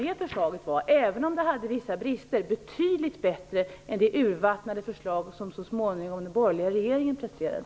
Det förslaget var, även om det hade vissa brister, betydligt bättre än det urvattnade förslag som den borgerliga regeringen så småningom presterade.